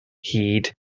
hud